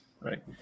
right